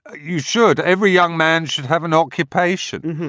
ah you should every young man should have an occupation.